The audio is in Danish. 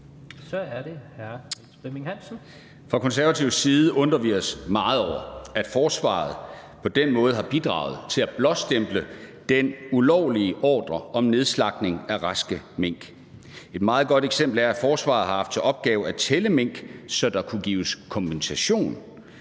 Kl. 17:00 Niels Flemming Hansen (KF): Fra Konservatives side undrer vi os meget over, at forsvaret på den måde har bidraget til at blåstemple den ulovlige ordre om nedslagtning af raske mink. Et meget godt eksempel er, at forsvaret har haft til opgave at tælle mink, så der kunne gives kompensation,